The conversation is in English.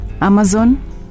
amazon